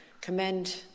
commend